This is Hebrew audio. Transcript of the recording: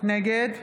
נגד